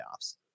playoffs